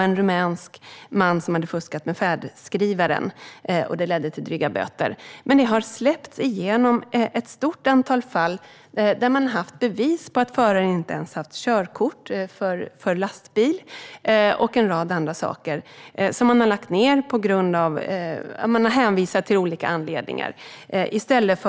En rumänsk man hade fuskat med färdskrivaren, vilket ledde till dryga böter. Men det har lagts ned ett stort antal fall, där det funnits bevis på att förarna inte ens haft körkort för lastbil och en rad andra saker, med hänvisning till olika anledningar.